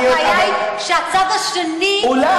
אבל, הבעיה היא שהצד השני, אולי.